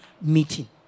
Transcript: meeting